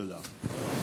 תודה.